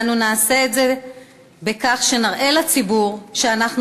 ואנו נעשה את זה בכך שנראה לציבור שאנחנו